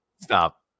Stop